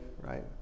right